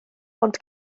ond